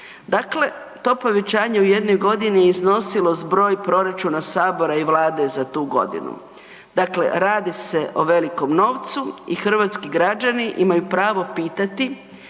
Dakle, to povećanje u jednog godini je iznosilo zbroj proračuna Sabora i Vlade za tu godinu. Dakle, radi se o velikom novcu i hrvatski građani imaju pravo pitati